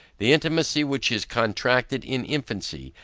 the intimacy which is contracted in infancy,